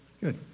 Good